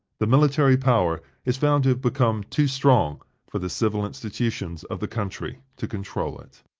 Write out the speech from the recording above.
the military power is found to have become too strong for the civil institutions of the country to control it.